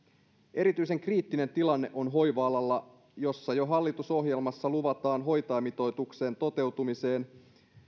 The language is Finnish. erityisen kriittinen tilanne on hoiva alalla hallitusohjelmassa luvatun hoitajamitoituksen toteutumiseen tarvitaan